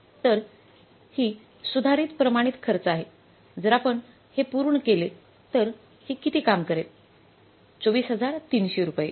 तर ही सुधारित प्रमाणित खर्च आहे जर आपण हे पूर्ण केले तर ही किती काम करेल 24300 रुपये